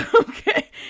Okay